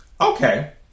Okay